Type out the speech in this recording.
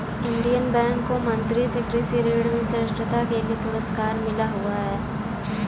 Indian bank को मंत्री से कृषि ऋण में श्रेष्ठता के लिए पुरस्कार मिला हुआ हैं